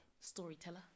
Storyteller